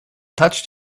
touched